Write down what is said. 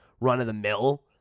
run-of-the-mill